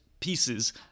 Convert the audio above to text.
Pieces